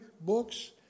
books